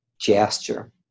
gesture